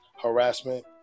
harassment